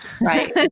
right